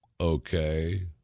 Okay